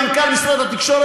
אם מנכ"ל התקשורת,